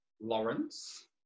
Lawrence